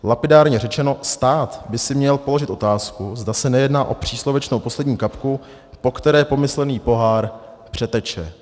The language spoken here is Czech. Lapidárně řečeno, stát by si měl položit otázku, zda se nejedná o příslovečnou poslední kapku, po které pomyslný pohár přeteče.